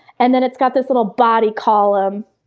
and then it's got this little body column.